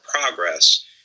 progress